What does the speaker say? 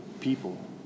people